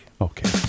Okay